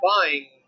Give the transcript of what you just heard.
buying